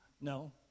No